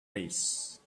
raise